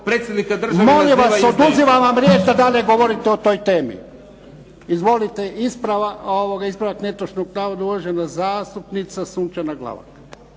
Ivan (HDZ)** Molim vas! Oduzimam vam riječ da dalje govorite o toj temi! Izvolite, ispravak netočnog navoda, uvažena zastupnica Sunčana Glavak.